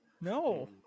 no